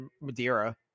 Madeira